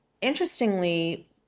interestingly